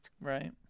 Right